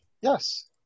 yes